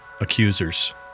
accusers